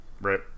Right